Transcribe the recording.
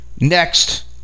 next